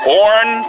Born